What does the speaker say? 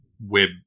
Web